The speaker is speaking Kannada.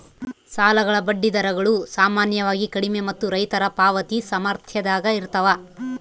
ಸಾಲಗಳ ಬಡ್ಡಿ ದರಗಳು ಸಾಮಾನ್ಯವಾಗಿ ಕಡಿಮೆ ಮತ್ತು ರೈತರ ಪಾವತಿ ಸಾಮರ್ಥ್ಯದಾಗ ಇರ್ತವ